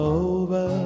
over